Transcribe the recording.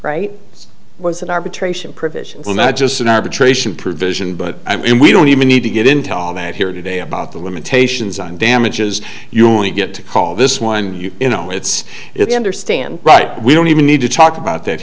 provision well not just an arbitration provision but i mean we don't even need to get into all that here today about the limitations on damages you get to call this one you know it's it's understand right we don't even need to talk about that